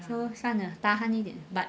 so 算了 tahan 一点 but